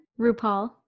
RuPaul